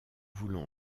voulons